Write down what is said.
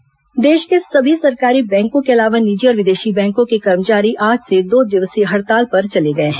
बैंककर्मी हड़ताल देश के सभी सरकारी बैंकों के अलावा निजी और विदेशी बैंकों के कर्मचारी आज से दो दिवसीय हड़ताल पर चले गए हैं